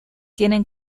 tienen